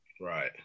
Right